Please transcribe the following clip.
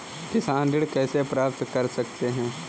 किसान ऋण कैसे प्राप्त कर सकते हैं?